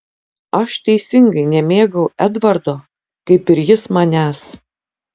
aš teisingai nemėgau edvardo kaip ir jis manęs